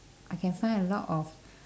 I can find a lot of